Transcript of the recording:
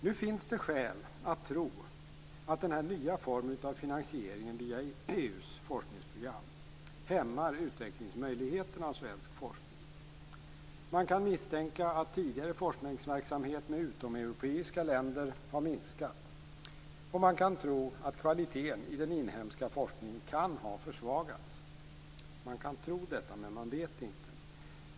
Nu finns det skäl att tro att denna nya form av finansiering via EU:s forskningsprogram hämmar utvecklingsmöjligheterna för svensk forskning. Man kan misstänka att tidigare forskningsverksamhet med utomeuropeiska länder har minskat. Man kan tro att kvaliteten på den inhemska forskningen kan ha försvagats. Man kan tro detta - men man vet inte.